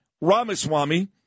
Ramaswamy